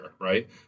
right